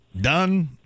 done